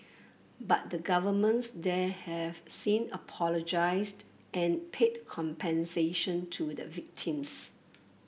but the governments there have since apologised and paid compensation to the victims